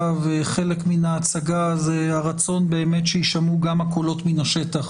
וחלק מן ההצגה זה הרצון שישמעו גם הקולות מן השטח.